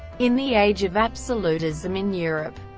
in the age of absolutism in europe,